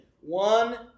one